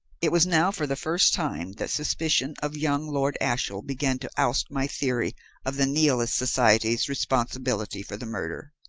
it was now for the first time that suspicion of young lord ashiel began to oust my theory of the nihilist society's responsibility for the murder.